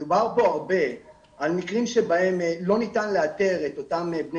דובר פה הרבה על מקרים שבהם לא ניתן לאתר את אותם בני